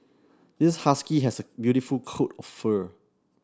this husky has a beautiful coat of fur